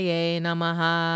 Namaha